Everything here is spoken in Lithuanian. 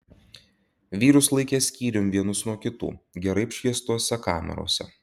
vyrus laikė skyrium vienus nuo kitų gerai apšviestose kamerose